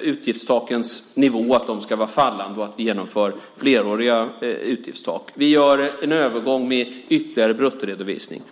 utgiftstakens nivå och att de ska vara fallande och att vi genomför fleråriga utgiftstak. Vi gör en övergång med ytterligare bruttoredovisning.